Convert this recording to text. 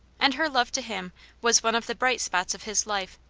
and her love to him was one of the bright spots of his life.